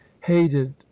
hated